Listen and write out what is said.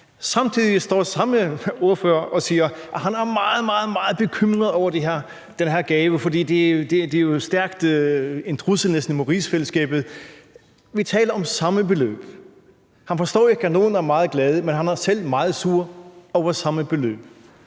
Samtidig står samme ordfører og siger, at han er meget, meget bekymret over den her gave, fordi det jo næsten er en trussel mod rigsfællesskabet. Vi taler om det samme beløb. Han forstår ikke, at nogle er meget glade, men han er selv meget sur over samme beløb.